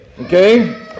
okay